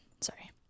sorry